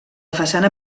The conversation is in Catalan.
façana